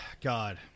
God